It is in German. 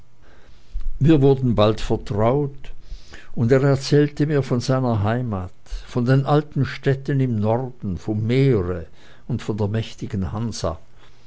wir wurden bald vertraut und er erzählte mir von seiner heimat von den alten städten im norden vom meere und von der mächtigen hansa